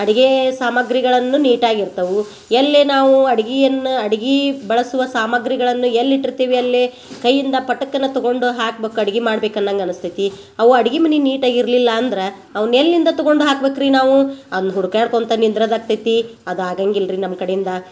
ಅಡಿಗೆ ಸಾಮಾಗ್ರಿಗಳನ್ನ ನೀಟಾಗಿರ್ತವು ಎಲ್ಲೆ ನಾವು ಅಡ್ಗಿಯನ್ ಅಡ್ಗಿ ಬಳಸುವ ಸಾಮಾಗ್ರಿಗಳನ್ನ ಎಲ್ಲಿ ಇಟ್ಟಿರ್ತೀವಿ ಅಲ್ಲೇ ಕೈಯಿಂದ ಪಟಕ್ಕನ ತಗೊಂಡು ಹಾಕ್ಬೇಕು ಅಡ್ಗಿ ಮಾಡ್ಬೇಕು ಅನ್ನಂಗೆ ಅನಿಸ್ತೈತಿ ಅವ ಅಡ್ಗಿ ಮನೆ ನೀಟಾಗಿರಲಿಲ್ಲ ಅಂದ್ರೆ ಅವ್ನ ಎಲ್ಲಿಂದ ತಗೊಂಡು ಹಾಕ್ಬೇಕ್ರಿ ನಾವು ಅಂದು ಹುಡ್ಕಾಡ್ಕೊಳ್ತಾ ನಿಂದ್ರಂಗೆ ಆಗ್ತೈತಿ ಅದು ಆಗಂಗಿಲ್ರಿ ನಮ್ಮ ಕಡೆಯಿಂದ